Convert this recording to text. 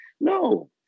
no